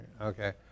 okay